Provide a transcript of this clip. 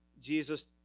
Jesus